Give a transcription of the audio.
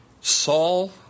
Saul